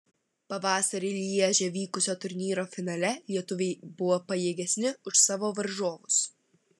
pavasarį lježe vykusio turnyro finale lietuviai buvo pajėgesni už savo varžovus